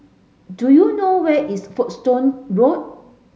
do you know where is Folkestone Road